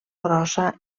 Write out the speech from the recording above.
grossa